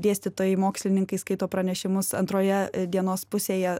dėstytojai mokslininkai skaito pranešimus antroje dienos pusėje